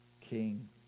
king